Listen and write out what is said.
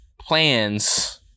plans